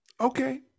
okay